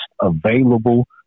available